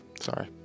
Sorry